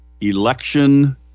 election